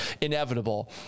inevitable